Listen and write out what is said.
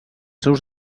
seus